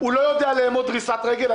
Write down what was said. הוא לא יודע לאמוד דריסת רגל.